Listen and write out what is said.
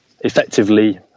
effectively